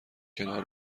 کنار